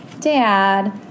Dad